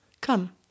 Come